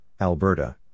Alberta